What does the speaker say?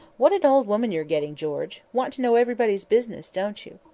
what an old woman you're getting, george! want to know everybody's business, don't you?